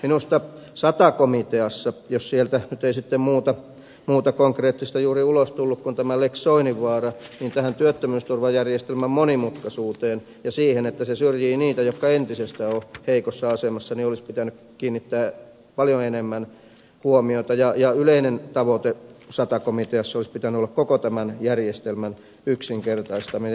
minusta sata komiteassa jos sieltä nyt sitten ei muuta konkreettista juuri ulos tullut kuin tämä lex soininvaara tähän työttömyysturvajärjestelmän monimutkaisuuteen ja siihen että se syrjii niitä jotka ennestäänkin ovat heikossa asemassa olisi pitänyt kiinnittää paljon enemmän huomiota ja yleisen tavoitteen sata komiteassa olisi pitänyt olla koko tämän järjestelmän yksinkertaistaminen